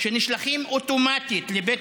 והם נשלחים אוטומטית לבית